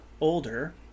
older